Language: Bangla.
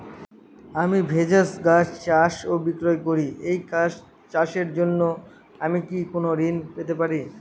আমি ভেষজ গাছ চাষ ও বিক্রয় করি এই চাষের জন্য আমি কি কোন ঋণ পেতে পারি?